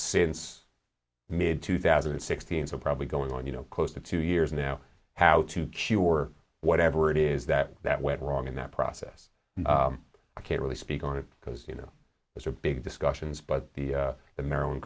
mid two thousand and sixteen so probably going on you know close to two years now how to cure whatever it is that that went wrong in that process i can't really speak on it because you know it's a big discussions but the the maryland